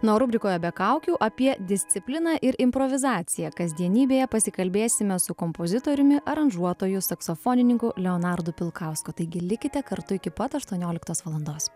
na o rubrikoje be kaukių apie discipliną ir improvizaciją kasdienybėje pasikalbėsime su kompozitoriumi aranžuotoju saksofonininko leonardu pilkausku taigi likite kartu iki pat aštuonioliktos valandos